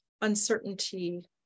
uncertainty